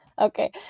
okay